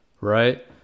right